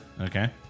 Okay